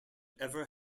ever